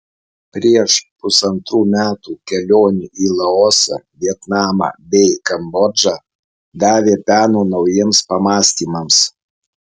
prieš pusantrų metų kelionė į laosą vietnamą bei kambodžą davė peno naujiems pamąstymams